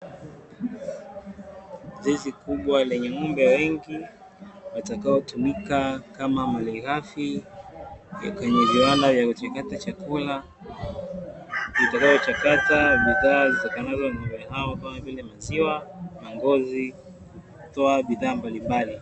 Zizi kubwa lenye ng'ombe wengi, watakaotumika kama malighafi ya kwenye viwanda vya kuchakata chakula, utakaochakata bidhaa zitokanazo na ng'ombe hao, kama vile maziwa na ngozi, kutoa bidhaa mbalimbali.